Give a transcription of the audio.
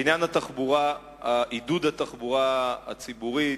בעניין עידוד התחבורה הציבורית,